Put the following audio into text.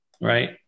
Right